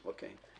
אני אגיד.